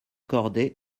corday